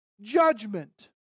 judgment